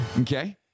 Okay